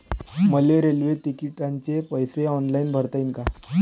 मले रेल्वे तिकिटाचे पैसे ऑनलाईन भरता येईन का?